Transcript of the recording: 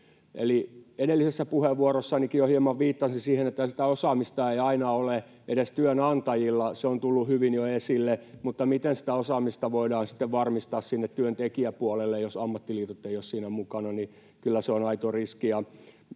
edellisessä puheenvuorossanikin jo hieman viittasin siihen, että sitä osaamista ei aina ole edes työnantajilla, se on tullut hyvin jo esille, mutta se, miten sitä osaamista voidaan sitten varmistaa sinne työntekijäpuolelle, jos ammattiliitot eivät ole siinä mukana, on kyllä aito riski.